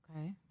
Okay